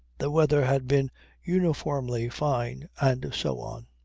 the weather had been uniformly fine and so on.